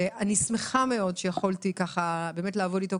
אני שמחה מאוד שיכולתי באמת לעבוד איתו,